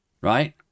right